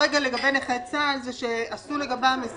לגבי נכי צה"ל נמסר לנו שבעניינם עשו